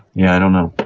yeah, i don't know.